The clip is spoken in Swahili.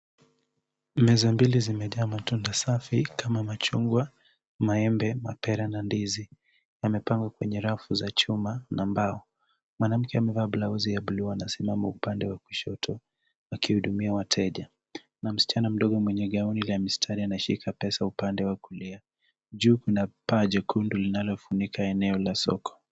Meza mbili zimejaa matunda safi kama machungwa, maembe, mapera, na ndizi. Yamepangwa kwenye rafu za chuma, na mbao. Mwanamke amevaa blausi ya bluu anasimama upande wa kushoto, akihudumia wateja. Na msichana mdogo mwenye gauni la mistari anashika pesa upande wa kulia. Juu kuna paa jekundu linalofunika eneo la soko.